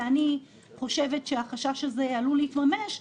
ואני חושבת שהחשש הזה עלול להתממש,